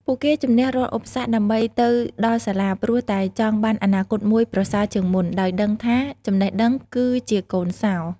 ពួកគេជម្នះរាល់ឧបសគ្គដើម្បីទៅដល់សាលា ព្រោះតែចង់បានអនាគតមួយប្រសើរជាងមុន ដោយដឹងថាចំណេះដឹងគឺជាកូនសោរ។